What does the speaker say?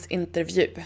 intervju